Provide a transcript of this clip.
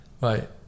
right